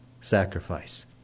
sacrifice